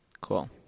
Cool